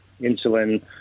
insulin